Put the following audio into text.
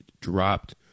dropped